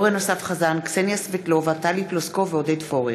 סתיו שפיר,